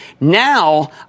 Now